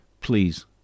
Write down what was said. please